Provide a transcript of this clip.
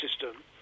system